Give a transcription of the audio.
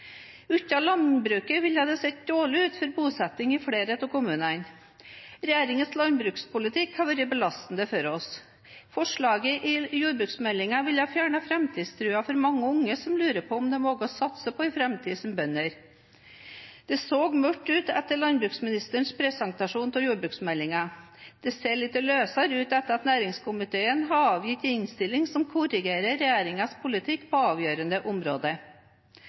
ut for bosettingene i flere av kommunene. Regjeringens landbrukspolitikk har vært belastende for oss. Forslaget i jordbruksmeldingen ville fjernet framtidstroen for mange unge som lurer på om de våger å satse på en framtid som bønder. Det så mørkt ut etter landbruksministerens presentasjon av jordbruksmeldingen. Det ser litt lysere ut etter at næringskomiteen har avgitt en innstilling som korrigerer regjeringens politikk på avgjørende områder.